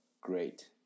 great